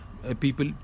people